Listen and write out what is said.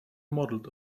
modeled